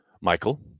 Michael